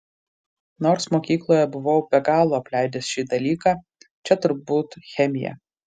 nors mokykloje buvau be galo apleidęs šį dalyką čia turbūt chemija